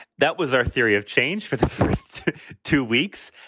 that was our theory of change for the first two weeks.